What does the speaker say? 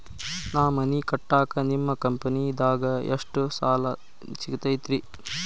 ನಾ ಮನಿ ಕಟ್ಟಾಕ ನಿಮ್ಮ ಕಂಪನಿದಾಗ ಎಷ್ಟ ಸಾಲ ಸಿಗತೈತ್ರಿ?